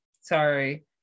Sorry